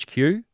HQ